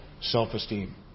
self-esteem